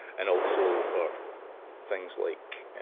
and also for things like